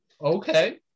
okay